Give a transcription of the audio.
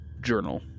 journal